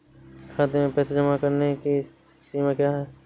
खाते में पैसे जमा करने की सीमा क्या है?